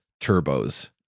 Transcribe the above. turbos